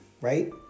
right